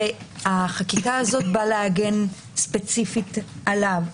והחקיקה הזו באה להגן ספציפית עליו,